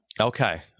Okay